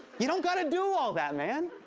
you don't gotta do all that, man.